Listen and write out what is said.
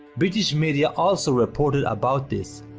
british media also reported about this.